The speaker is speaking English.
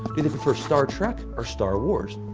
do they prefer star trek or star wars?